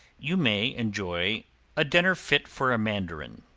you may enjoy a dinner fit for a mandarin.